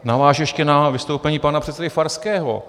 Navážu ještě na vystoupení pana předsedy Farského.